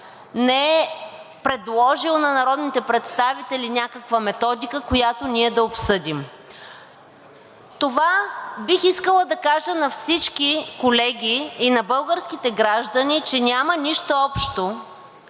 не е предложил на народните представители някаква методика, която ние да обсъдим. Това бих искала да кажа на всички колеги и на българските граждани, че няма нищо общо